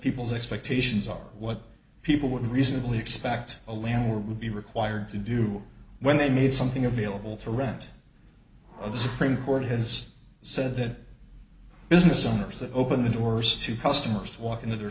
people's expectations of what people would reasonably expect a landlord would be required to do when they need something available to rent the supreme court has said that business owners that open the doors to customers to walk into their